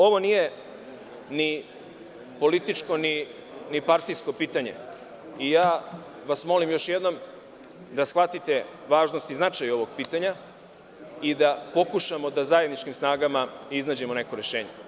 Ovo nije ni političko, ni partijsko pitanje i ja vas molim još jednom da shvatite važnost i značaj ovog pitanja i da pokušamo da zajedničkim snagama iznađemo neko rešenje.